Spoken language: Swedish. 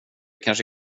kanske